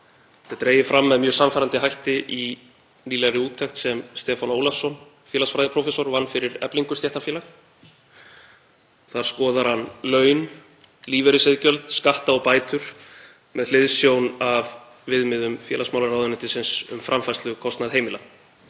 Þetta er dregið fram með mjög sannfærandi hætti í nýlegri úttekt sem Stefán Ólafsson félagsfræðiprófessor vann fyrir Eflingu stéttarfélag. Þar skoðar hann laun, lífeyrisiðgjöld, skatta og bætur með hliðsjón af viðmiðum félagsmálaráðuneytisins um framfærslukostnað heimila.